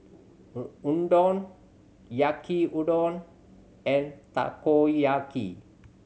Unadon Yaki Udon and Takoyaki